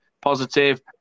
positive